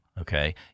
okay